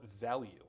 value